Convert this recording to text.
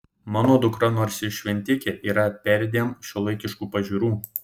mano dukra nors ir šventikė yra perdėm šiuolaikiškų pažiūrų